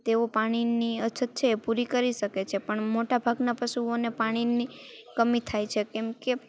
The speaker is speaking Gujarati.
તેઓ પાણીની અછત છે પુરી કરી શકે છે પણ મોટા ભાગનાં પશુઓને પાણીની કમી થાય છે કેમ કે